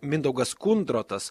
mindaugas kundrotas